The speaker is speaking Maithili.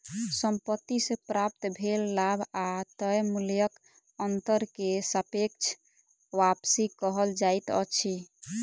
संपत्ति से प्राप्त भेल लाभ आ तय मूल्यक अंतर के सापेक्ष वापसी कहल जाइत अछि